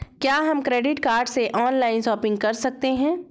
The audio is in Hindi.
क्या हम क्रेडिट कार्ड से ऑनलाइन शॉपिंग कर सकते हैं?